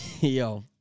yo